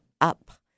up